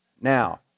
Now